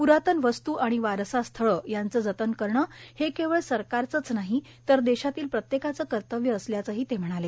प्रातन वस्तू आणि वारसा स्थळं यांचं जतन करणं हे केवळ सरकारचंच नाही देषातील प्रत्येकाचं कर्तव्य असल्याचं ते म्हणाले